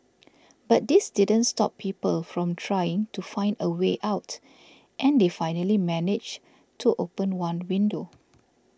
but this didn't stop people from trying to find a way out and they finally managed to open one window